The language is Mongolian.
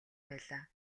байлаа